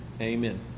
amen